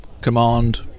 command